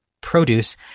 produce